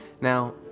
Now